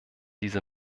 diese